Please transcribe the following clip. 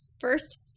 First